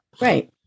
Right